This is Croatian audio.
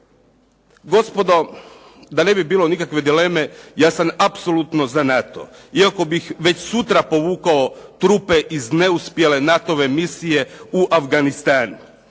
Gospodo, da ne bi bilo nikakve dileme, ja sam apsolutno za NATO, iako bih već sutra povukao trupe iz neuspjele NATO-ove misije u Afganistanu.